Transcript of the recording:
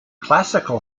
classical